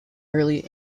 early